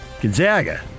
Gonzaga